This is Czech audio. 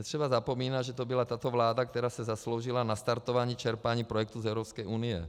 Netřeba zapomínat, že to byla tato vláda, která se zasloužila o nastartování čerpání projektů z Evropské unie.